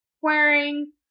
wearing